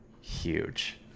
huge